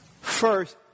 first